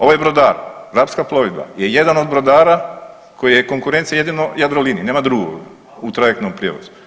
Ovaj brodar, Rapska plovidba je jedan od brodara koji je konkurencija jedino Jadroliniji, nema drugog u trajektnom prijevozu.